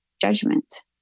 judgment